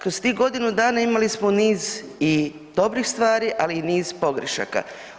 Kroz tih godina imali smo niz i dobrih stvari ali i niz pogrešaka.